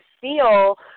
feel